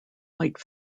white